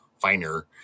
finer